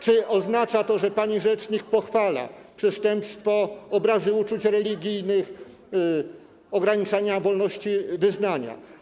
Czyli oznacza to, że pani rzecznik pochwala przestępstwo obrazy uczuć religijnych, ograniczanie wolności wyznania.